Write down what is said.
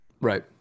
Right